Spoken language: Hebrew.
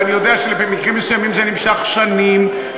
ואני יודע שבמקרים מסוימים זה נמשך שנים,